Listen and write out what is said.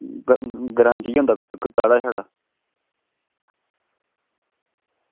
ग्रां च इ'यै होंदा काढ़ा छड़ा